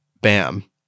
bam